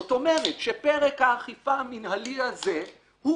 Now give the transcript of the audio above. זאת אומרת שפרק האכיפה המינהלי הזה הוא